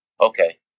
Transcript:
okay